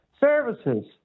Services